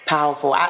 Powerful